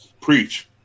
preach